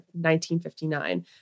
1959